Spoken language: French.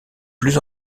plus